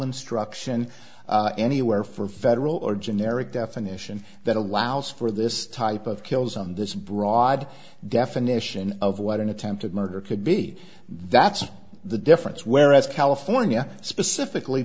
instruction anywhere for federal or generic definition that allows for this type of kills on this broad definition of what an attempted murder could be that's the difference whereas california specifically